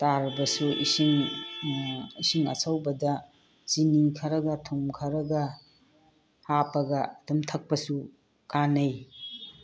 ꯇꯔꯒꯁꯨ ꯏꯁꯤꯡ ꯏꯁꯤꯡ ꯑꯁꯧꯕꯗ ꯆꯤꯅꯤ ꯈꯔꯒ ꯊꯨꯝ ꯈꯔꯒ ꯏꯁꯤꯡ ꯍꯥꯞꯄꯒ ꯑꯗꯨꯝ ꯊꯛꯄꯁꯨ ꯀꯥꯟꯅꯩ